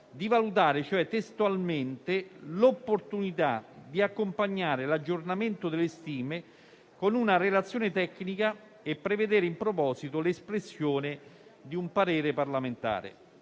di valutare: «l'opportunità di accompagnare l'aggiornamento delle stime con una relazione tecnica e prevedere in proposito l'espressione di un parere parlamentare».